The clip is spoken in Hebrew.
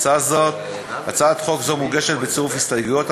הצעת חוק זו מוגשת בצירוף הסתייגויות,